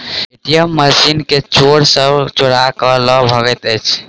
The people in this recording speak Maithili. ए.टी.एम मशीन के चोर सब चोरा क ल भगैत अछि